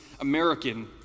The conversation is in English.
American